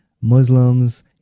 Muslims